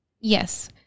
Yes